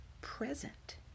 present